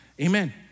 Amen